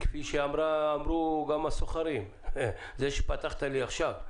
כפי שאמרו גם הסוחרים - זה שפתחת לי עכשיו,